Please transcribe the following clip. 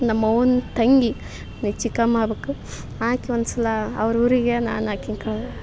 ನಮ್ಮವ್ವನ ತಂಗಿ ಚಿಕ್ಕಮ್ಮ ಆಗ್ಬೇಕು ಆಕಿ ಒಂದ್ಸಲ ಅವರು ಊರಿಗೆ ನಾನು ಹಾಕಿನ ಕಾ